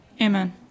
Amen